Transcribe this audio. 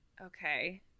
okay